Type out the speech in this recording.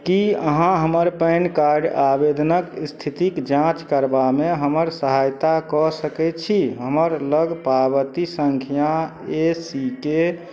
कि अहाँ हमर पैन कार्ड आवेदनके इस्थितिके जाँच करबामे हमर सहायता कऽ सकै छी हमरालग पावती सँख्या ए सी के